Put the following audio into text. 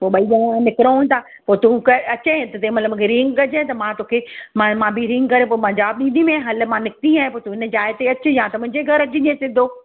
पो ॿई ॼणा निकरऊं ता पो तूं अचें त तैं मल मुखे रिंग कजएं त मां तोखे मां बि रिंग करे पो मां जवाब ॾींदीमें हलु मां निकिती आहें त तूं उन जाइ ते अचु या त मुंहिंजे घरु अच जाएं सिधो